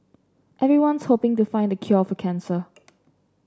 everyone's hoping to find the cure for cancer